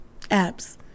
apps